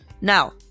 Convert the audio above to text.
Now